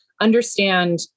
understand